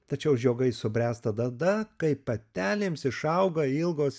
tačiau žiogai subręsta tada kai patelėms išauga ilgos